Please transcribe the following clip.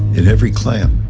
in every clan,